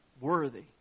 worthy